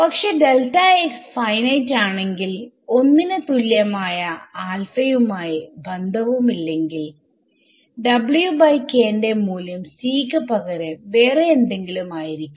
പക്ഷെ ഫൈനൈറ്റ് ആണെങ്കിൽ1 ന് തുല്യമായ ആൽഫയുമായി ബന്ധവും ഇല്ലെങ്കിൽ ന്റെ മൂല്യം c ക്ക് പകരം വേറെ എന്തെങ്കിലും ആയിരിക്കും